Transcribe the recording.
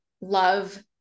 love